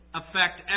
affect